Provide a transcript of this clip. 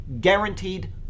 guaranteed